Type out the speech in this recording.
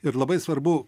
ir labai svarbu